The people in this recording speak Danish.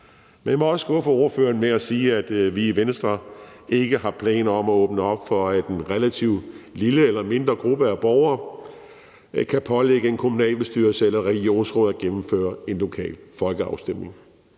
Men jeg må også skuffe ordføreren med at sige, at vi i Venstre ikke har planer om at åbne op for, at en relativt lille eller mindre gruppe af borgere kan pålægge en kommunalbestyrelse eller et regionsråd at gennemføre en lokal folkeafstemning.